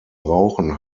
rauchen